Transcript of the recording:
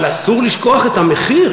אבל אסור לשכוח את המחיר.